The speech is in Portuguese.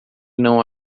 não